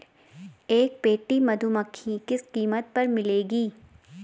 एक पेटी मधुमक्खी किस कीमत पर मिलेगी?